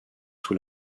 sous